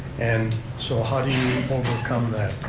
and so how do you overcome that?